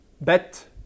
Bet